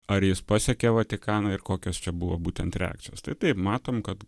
ar jis pasiekė vatikaną ir kokios čia buvo būtent reakcijos tai taip matom kad